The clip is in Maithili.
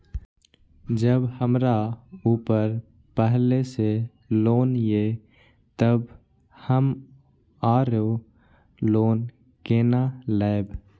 जब हमरा ऊपर पहले से लोन ये तब हम आरो लोन केना लैब?